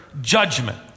judgment